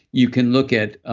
you can look at